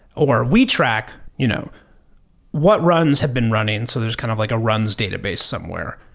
or we track you know what runs have been running, so there's kind of like runs database somewhere.